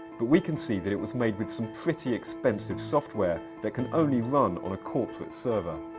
but we can see that it was made with some pretty expensive software that can only run on a corporate server.